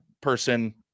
person